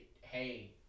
hey